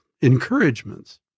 encouragements